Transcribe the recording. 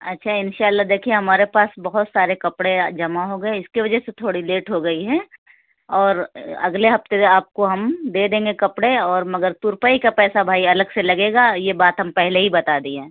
اچھا اِنشاء اللہ دیکھیے ہمارے پاس بہت سارے کپڑے جمع ہوگیے اِس کے وجہ سے تھوڑی لیٹ ہوگئی ہے اور اگلے ہفتے آپ کو ہم دے دیں گے کپڑے اور مگر ترپائی کا پیسہ بھائی الگ سے لگے گا یہ بات ہم پہلے ہی بتا دیے ہیں